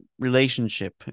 relationship